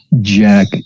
Jack